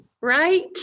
right